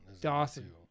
Dawson